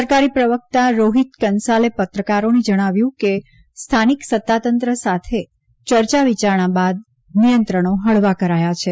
સરકારી પ્રવકતા રોહીત કંસાલે પત્રકારોને જણાવ્યું કે સ્થાનિક સત્તાતંત્ર સાથે ચર્ચા વિયારણા બાદ નિયંત્રણો હળવાં કરાયાં છે